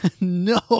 no